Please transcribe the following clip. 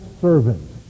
servant